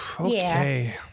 Okay